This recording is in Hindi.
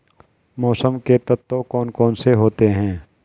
मौसम के तत्व कौन कौन से होते हैं?